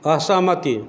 असहमति